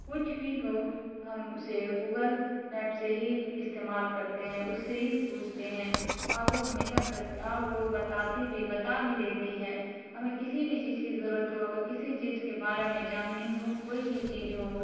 کچھ بھی ہو تو ہم اسے گوگل میپ سے ہی استعمال کرتے ہیں اس سے ہی پوچھتے ہیں اور وہ ہمیشہ سچ اور وہ بتاتی بھی بتا بھی دیتی ہے ہمیں کسی بھی چیز کی ضرورت ہو اگر کسی چیز کے بارے میں جاننی ہو کوئی بھی چیز ہو